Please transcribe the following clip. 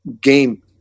game